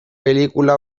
pelikula